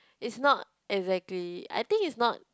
it's not exactly I think it's not